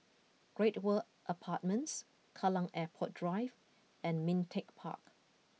Great World Apartments Kallang Airport Drive and Ming Teck Park